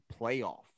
playoff